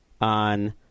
on